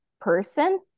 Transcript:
person